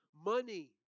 money